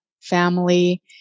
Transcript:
family